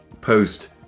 post